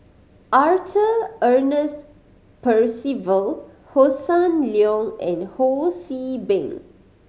Arthur Ernest Percival Hossan Leong and Ho See Beng